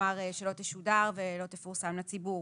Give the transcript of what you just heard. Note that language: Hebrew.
כלומר שלא תשודר ולא תפורסם לציבור.